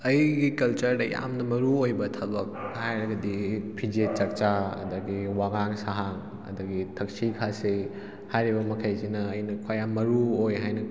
ꯑꯩꯒꯤ ꯀꯜꯆꯔꯗ ꯌꯥꯝꯅ ꯃꯔꯨ ꯑꯣꯏꯕ ꯊꯕꯛ ꯍꯥꯏꯔꯒꯗꯤ ꯐꯤꯖꯦꯠ ꯆꯛꯆꯥ ꯑꯗꯨꯗꯒꯤ ꯋꯥꯉꯥꯡ ꯁꯍꯥꯡ ꯑꯗꯨꯗꯒꯤ ꯊꯛꯁꯤ ꯈꯥꯁꯤ ꯍꯥꯏꯔꯤꯕ ꯃꯈꯩꯁꯤꯅ ꯑꯩꯅ ꯈ꯭ꯋꯥꯏꯌꯥꯝꯅ ꯃꯔꯨ ꯑꯣꯏ ꯍꯥꯏꯅ